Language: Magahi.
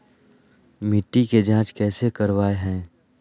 मिट्टी के जांच कैसे करावय है?